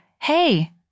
hey